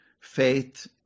faith